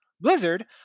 Blizzard